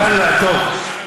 ואללה, טוב.